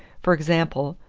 for example,